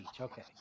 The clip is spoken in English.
okay